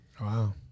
Wow